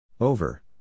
Over